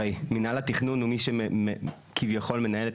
הרי מינהל התכנון הוא מי שכביכול מנהל את